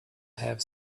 have